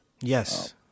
yes